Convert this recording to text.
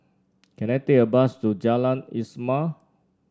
can I take a bus to Jalan Ismail